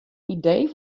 idee